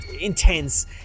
intense